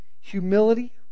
Humility